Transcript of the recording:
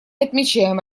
отмечаем